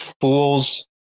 fools